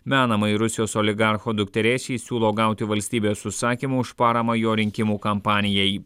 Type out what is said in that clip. menamai rusijos oligarcho dukterėčiai siūlo gauti valstybės užsakymų už paramą jo rinkimų kampanijai